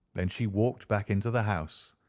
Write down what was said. then she walked back into the house,